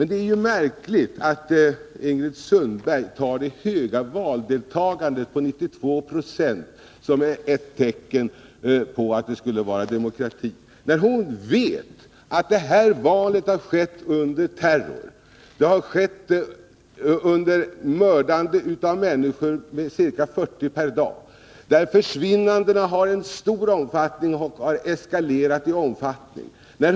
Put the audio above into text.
Det är ju märkligt att Ingrid Sundberg tar det höga valdeltagandet på 92 20 som ett tecken på att det skulle råda demokrati i El Salvador när hon vet att det här valet har skett under terror. Ca 40 människor har mördats per dag och försvinnandena har ökat i betydande omfattning.